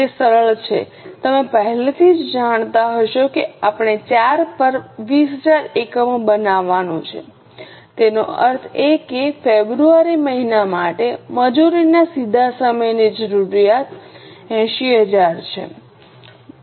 તે સરળ છે તમે પહેલાથી જ જાણતા હશો કે આપણે 4 પર 20000 એકમો બનાવવાનું છે તેનો અર્થ એ કે ફેબ્રુઆરી મહિના માટે મજૂરીના સીધા સમયની જરૂરિયાત 80000 છે